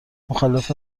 مخالف